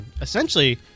essentially